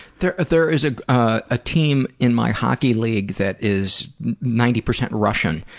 there there is ah a team in my hockey league that is ninety percent russian.